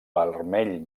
vermell